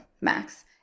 Max